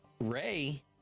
ray